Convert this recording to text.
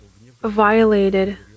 violated